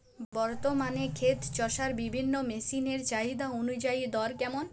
বর্তমানে ক্ষেত চষার বিভিন্ন মেশিন এর চাহিদা অনুযায়ী দর কেমন?